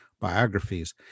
biographies